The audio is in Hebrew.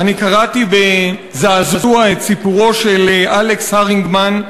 אני קראתי בזעזוע את סיפורו את אלכס הרינגמן,